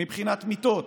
מבחינת מיטות,